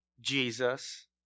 Jesus